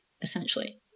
essentially